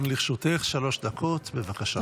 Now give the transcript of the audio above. גם לרשותך שלוש דקות, בבקשה.